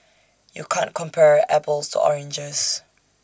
you can't compare apples to oranges